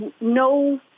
no